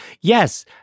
yes